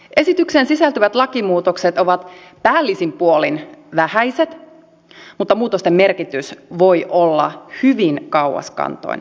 esitykseen sisältyvät lakimuutokset ovat päällisin puolin vähäiset mutta muutosten merkitys voi olla hyvin kauaskantoinen